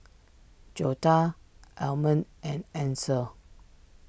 Joetta Almond and Ansel